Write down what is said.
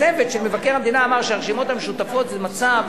הצוות של מבקר המדינה אמר שהרשימות המשותפות זה מצב